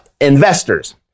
investors